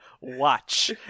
Watch